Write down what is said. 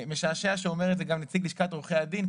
משעשע שאומר את זה גם נציג לשכת עורכי הדין,